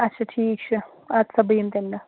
اَچھا ٹھیٖک چھُ اَدٕ سا بہٕ یِمہٕ تَمہِ دۄہ